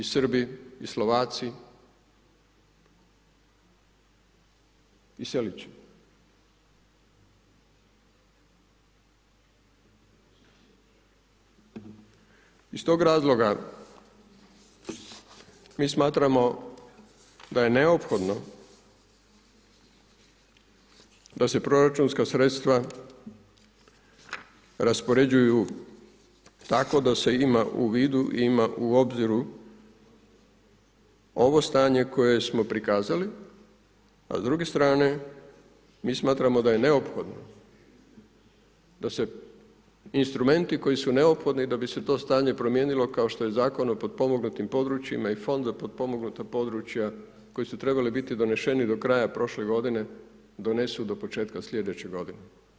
Iz stoga razloga, mi smatramo da je neophodno da se proračunska sredstva raspoređuju tako da se ima u vidu, ima u obziru, ovo stanje koje smo prikazali, a s druge strane, mi smatramo da je neophodno da se instrumenti koji su neophodni da bi se to stanje promijenilo kao što je Zakon o potpomognutim područjima i Fond za potpomognuta područja koji su trebali biti doneseni do kraja prošle godine, donesu do početka godine.